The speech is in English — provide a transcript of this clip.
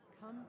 come